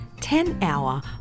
ten-hour